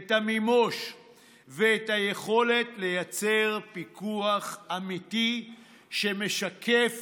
את המימוש ואת היכולת לייצר פיקוח אמיתי שמשקף